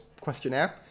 questionnaire